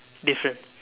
different